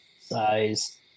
size